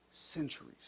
Centuries